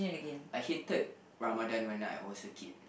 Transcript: I hated Ramadan when I was a kid